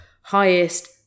highest